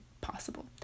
possible